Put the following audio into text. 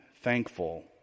thankful